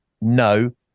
no